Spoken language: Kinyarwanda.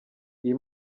iyi